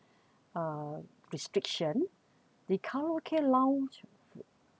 uh restriction the karaoke lounge